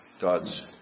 God's